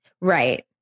right